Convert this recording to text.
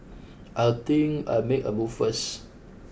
I'll think I'll make a move first